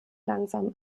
langsam